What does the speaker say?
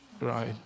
Right